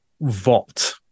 vault